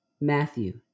Matthew